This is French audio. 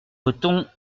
votons